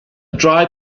dry